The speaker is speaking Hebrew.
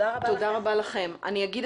אנחנו נפנה